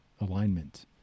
alignment